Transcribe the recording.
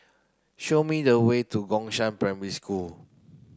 show me the way to Gongshang Primary School